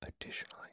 Additionally